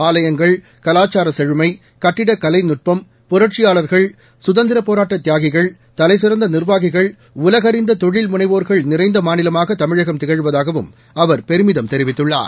ஆலயங்கள் கலாச்சார செழமை கட்டிடக் கலைநட்பம் புரட்சியாளர்கள் குதந்திரப் போராட்ட தியாகிகள் தலைசிறந்த நீர்வாகிகள் உலகறிந்த தொழில் முனைவோர்கள் நிறைந்த மாநிலமாக தமிழகம் திகழ்வதாகவும் அவர் பெருமிதம் தெரிவித்துள்ளார்